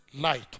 light